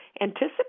anticipate